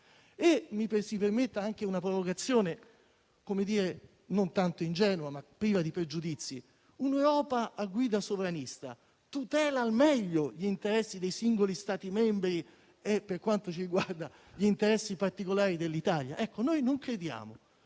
Mi si permetta anche una provocazione non tanto ingenua, ma priva di pregiudizi; l'Europa a guida sovranista tutela al meglio gli interessi dei singoli Stati membri e, per quanto ci riguarda, gli interessi particolari dell'Italia? Ecco, noi non lo crediamo,